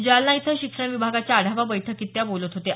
जालना इथं शिक्षण विभागाच्या आढावा बैठकीत त्या काल बोलत होत्या